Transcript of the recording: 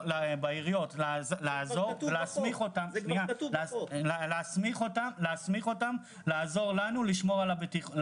למשטרה, להסמיך אותם לעזור לנו לשמור על הבטיחות.